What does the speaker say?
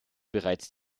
bereits